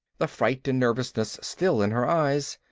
the fright and nervousness still in her eyes.